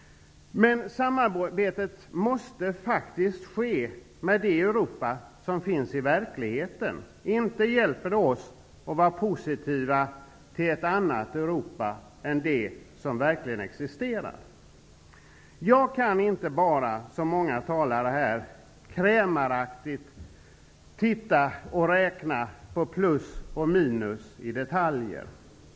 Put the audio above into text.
Samarbetet måste dock ske med det Europa som finns i verkligheten. Det hjälper inte oss att vara positiva till ett annat Europa än det som verkligen existerar. Jag kan inte bara -- som många talare här har gjort -- krämaraktigt räkna på plus och minus i detaljer.